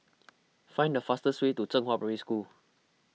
find the fastest way to Zhenghua Primary School